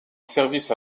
service